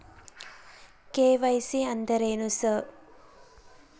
KYC ಅಂದ್ರೇನು sir?